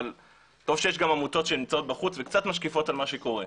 אבל טוב שיש גם עמותות שנמצאות בחוץ וקצת משקיפות על מה שקורה.